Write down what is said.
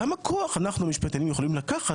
כמה כוח אנחנו המשפטנים יכולים לקחת